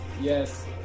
Yes